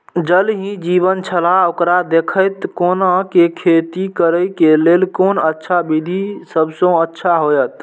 ज़ल ही जीवन छलाह ओकरा देखैत कोना के खेती करे के लेल कोन अच्छा विधि सबसँ अच्छा होयत?